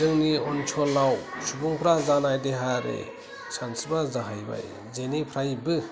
जोंनि ओनसोलाव सुबुंफ्रा जानाय देहायारि सानस्रिफ्रा जाहैबाय जेनिफ्रायबो